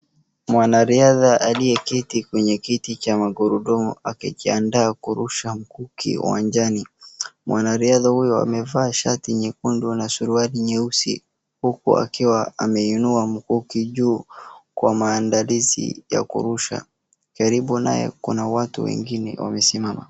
Mwanariadha aliyeketi kwenye kiti cha magurudumu akijiandaa kurusha mkuki uwanjani. Mwanariadha huyu amevaa shati nyekundu na suruali nyeusi, huku akiwa ameinua mkuki juu, kwa maandalizi ya kurusha. Karibu naye kuna watu wengine wamesimama.